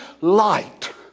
light